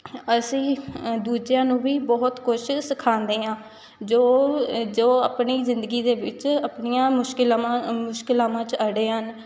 ਅਸੀਂ ਦੂਜਿਆਂ ਨੂੰ ਵੀ ਬਹੁਤ ਕੁਛ ਸਿਖਾਉਂਦੇ ਹਾਂ ਜੋ ਜੋ ਆਪਣੀ ਜ਼ਿੰਦਗੀ ਦੇ ਵਿੱਚ ਆਪਣੀਆਂ ਮੁਸ਼ਕਿਲਾਵਾਂ ਮੁਸ਼ਕਿਲਾਵਾਂ 'ਚ ਅੜੇ ਹਨ